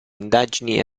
indagini